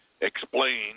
explain